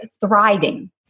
thriving